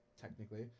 technically